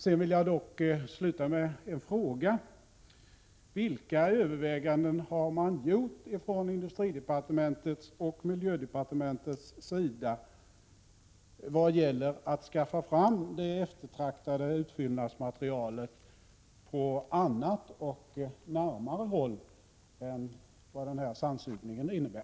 Sedan vill jag ställa en fråga: Vilka överväganden har man gjort från industridepartementets och miljödepartementets sida i vad gäller att skaffa fram det eftertraktade utfyllnadsmaterialet på annat och närmare håll än vad den här sandsugningen innebär?